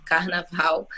Carnaval